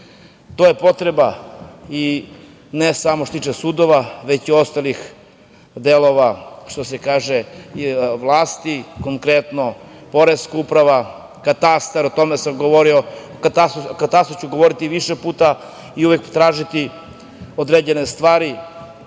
je potreba ne samo sudova, već i ostalih delova, što se kaže, vlasti, konkretno poreska uprava, katastar, o tome sam govorio. O katastru ću govoriti više puta i uvek tražiti određene stvari